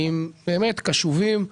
קשובים,